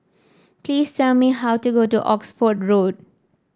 please tell me how to go to Oxford Road